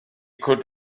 could